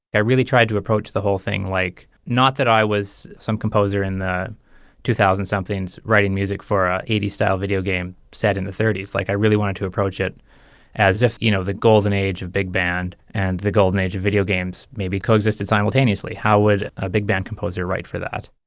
i really tried to approach the whole thing like not that i was some composer in the two thousand somethings writing music for eighty style videogame set in the thirty s. like i really wanted to approach it as if you know the golden age of big band and the golden age of videogames maybe coexisted simultaneously. how would a big band composer write for that?